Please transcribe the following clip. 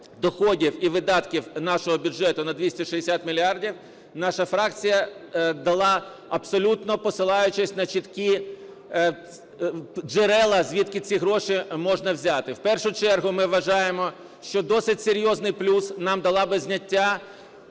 доходів і видатків нашого бюджету на 260 мільярдів наша фракція дала абсолютно, посилаючись на чіткі джерела звідки ці гроші можна взяти. В першу чергу ми вважаємо, що досить серйозний плюс нам дало би зняття